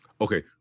Okay